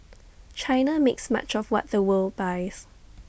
China makes much of what the world buys